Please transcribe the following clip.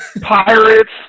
Pirates